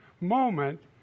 moment